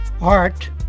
Art